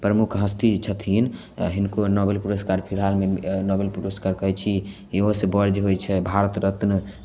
प्रमुख हस्ती छथिन तऽ हिनको नोबेल पुरस्कार फिलहालमे नोबेल पुरस्कार कहै छी इहोसँ बड़ जे होइ छै भारत रत्न